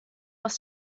aus